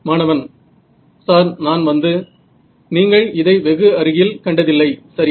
மாணவன் சார் நான் வந்து நீங்கள் இதை வெகு அருகில் கண்டதில்லை சரியா